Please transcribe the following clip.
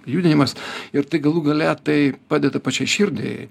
judinimas ir tai galų gale tai padeda pačiai širdei